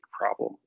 problem